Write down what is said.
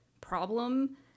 problem